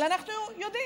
אבל אנחנו יודעים,